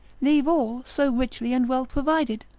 leave all, so richly and well provided?